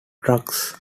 trucks